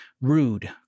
rude